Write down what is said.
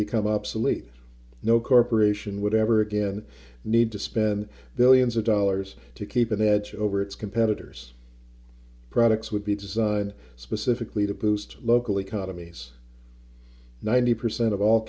become obsolete no corporation would ever again need to spend billions of dollars to keep an edge over its competitors products would be designed specifically to boost local economies ninety percent